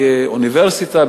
תהיה אוניברסיטה,